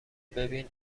ببین